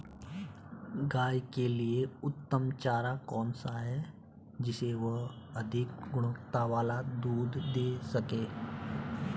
गाय के लिए उत्तम चारा कौन सा है जिससे वह अधिक गुणवत्ता वाला दूध दें सके?